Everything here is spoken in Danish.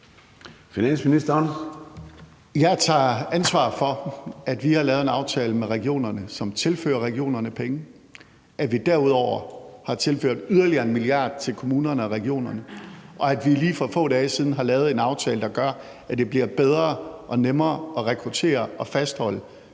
Wammen): Jeg tager ansvar for, at vi har lavet en aftale med regionerne, som tilfører regionerne penge, at vi derudover har tilført yderligere 1 mia. kr. til kommunerne og regionerne, og at vi lige for få dage siden har lavet en aftale, der gør, at det bliver bedre og nemmere at rekruttere og fastholde